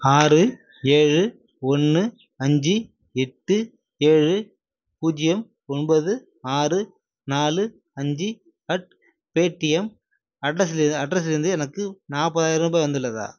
ஆறு ஏழு ஒன்று அஞ்சு எட்டு ஏழு பூஜ்ஜியம் ஒம்பது ஆறு நாலு அஞ்சு அட் பேடிஎம் அட்ரஸிலிருது அட்ரஸில் இருந்து எனக்கு நாற்பதாயிர ரூபாய் வந்துள்ளதா